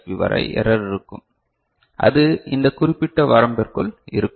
B வரை error இருக்கும் அது அந்த குறிப்பிட்ட வரம்பிற்குள் இருக்கும்